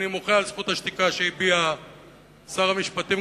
אני מוחה על זכות השתיקה שהביע שר המשפטים,